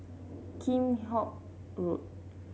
Kheam Hock Road